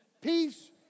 peace